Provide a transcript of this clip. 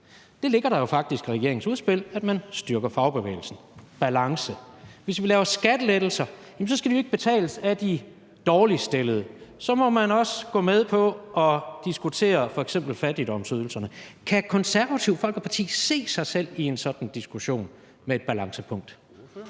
Det ligger der jo faktisk i regeringens udspil: at man styrker fagbevægelsen. Balance! Hvis vi laver skattelettelser, skal de jo ikke betales af de dårligst stillede. Så må man jo også gå med på at diskutere f.eks. fattigdomsydelserne. Kan Det Konservative Folkeparti se sig selv i en sådan diskussion med et balancepunkt?